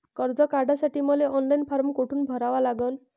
कर्ज काढासाठी मले ऑनलाईन फारम कोठून भरावा लागन?